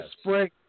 spring